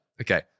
Okay